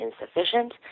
insufficient